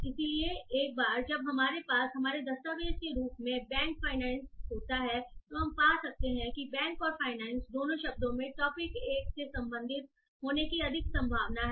इसलिए एक बार जब हमारे पास हमारे दस्तावेज़ के रूप में बैंक फाइनेंस होता है तो हम पा सकते हैं कि बैंक और फाइनेंस दोनों शब्दों में टॉपिक 1 से संबंधित होने की अधिक संभावना है